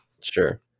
Sure